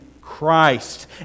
Christ